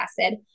acid